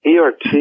ERT